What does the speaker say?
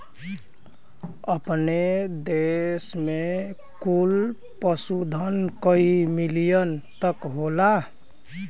अपने देस में कुल पशुधन कई मिलियन तक होला